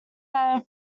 have